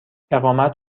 اقامت